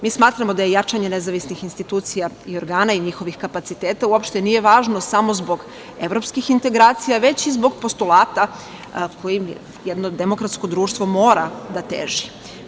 Mi smatramo da je jačanje nezavisnih institucija i organa i njihovih kapaciteta uopšte nije važno samo zbog evropskih integracija, već i zbog postulata kojima jedno demokratsko društvo mora da teži.